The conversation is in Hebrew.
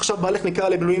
עכשיו בעלך נקרא למילואים,